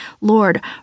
Lord